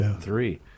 Three